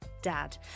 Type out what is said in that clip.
dad